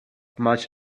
much